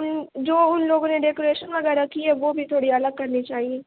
اُن جو اُن لوگوں نے ڈیکوریشن وغیرہ کی ہے وہ بھی تھوڑی الگ کرنی چاہیے